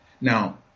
Now